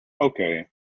Okay